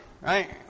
right